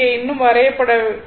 இங்கே இன்னும் வரையப்படவில்லை